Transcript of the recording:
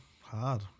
Hard